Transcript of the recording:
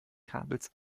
kabels